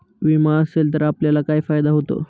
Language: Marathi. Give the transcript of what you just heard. विमा असेल तर आपल्याला काय फायदा होतो?